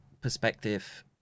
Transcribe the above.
perspective